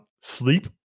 sleep